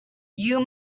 you